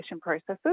processes